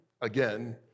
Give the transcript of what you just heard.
again